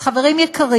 אז, חברים יקרים,